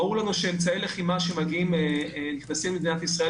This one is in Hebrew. ברור לנו שאמצעי לחימה שנכנסים למדינת ישראל